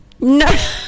No